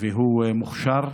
והוא מוכשר,